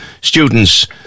students